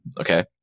Okay